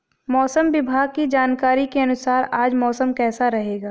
मौसम विभाग की जानकारी के अनुसार आज मौसम कैसा रहेगा?